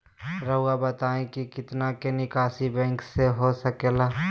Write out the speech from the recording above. रहुआ बताइं कि कितना के निकासी बैंक से हो सके ला?